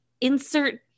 insert